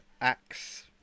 axe